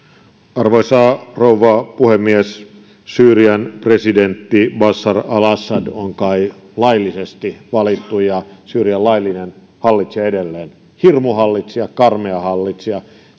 arvoisa rouva puhemies syyrian presidentti bashar al assad on kai laillisesti valittu ja syyrian laillinen hallitsija edelleen hirmuhallitsija karmea hallitsija